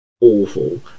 awful